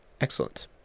Excellent